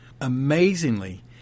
Amazingly